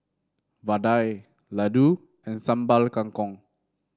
vadai laddu and Sambal Kangkong